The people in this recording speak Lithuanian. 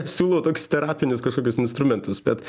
siūlau tokius terapinius kažkokius instrumentus bet